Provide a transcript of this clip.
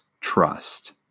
trust